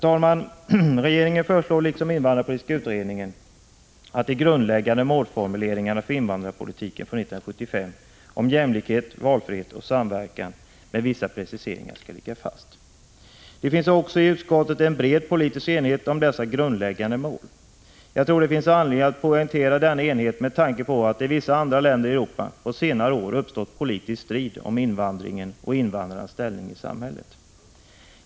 Regeringen föreslår liksom invandrarpolitiska utredningen att de grundläggande målformuleringarna för invandrarpolitiken från 1975 om jämlikhet, valfrihet och samverkan med vissa preciseringar skall ligga fast. Det finns också i utskottet en bred politisk enighet om dessa grundläggande mål. Jag tror att det finns anledning att poängtera denna enighet med tanke på att det i vissa andra länder i Europa på senare år uppstått politisk strid om invandringen och invandrarnas ställning i samhället.